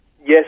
Yes